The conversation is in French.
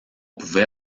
pouvait